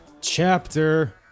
chapter